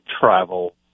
travel